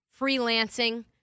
freelancing